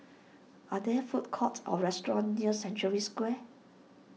are there food courts or restaurants near Century Square